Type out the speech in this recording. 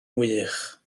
wych